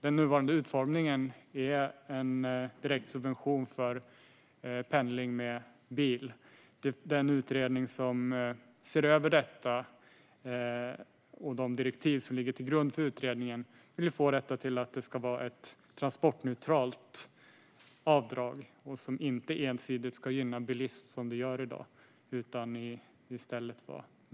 Den nuvarande utformningen är en subvention av pendling med bil. Den utredning som ser över detta, liksom de direktiv som ligger till grund för utredningen, vill att det ska bli ett transportneutralt avdrag som inte ensidigt gynnar bilism på det sätt det gör i dag.